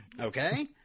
Okay